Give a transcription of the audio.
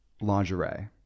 lingerie